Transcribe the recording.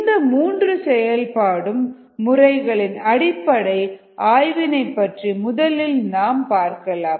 இந்த மூன்று செயல்படும் முறைகளின் அடிப்படை ஆய்வினை பற்றி முதலில் நாம் பார்க்கலாம்